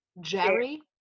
Jerry